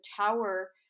tower